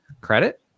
credit